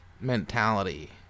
mentality